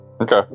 okay